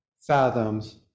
fathoms